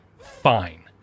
fine